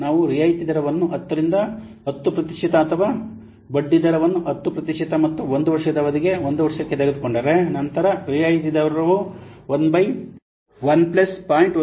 ನಾವು ರಿಯಾಯಿತಿ ದರವನ್ನು 10 ರಿಂದ 10 ಪ್ರತಿಶತ ಅಥವಾ ಬಡ್ಡಿದರವನ್ನು 10 ಪ್ರತಿಶತ ಮತ್ತು 1 ವರ್ಷದ ಅವಧಿಗೆ 1 ವರ್ಷಕ್ಕೆ ತೆಗೆದುಕೊಂಡರೆ ನಂತರ ರಿಯಾಯಿತಿ ಅಂಶವು 1 ಬೈ 1 ಪ್ಲಸ್ 0